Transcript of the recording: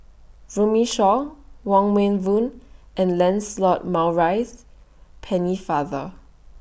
Runme Shaw Wong Meng Voon and Lancelot Maurice Pennefather